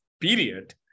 period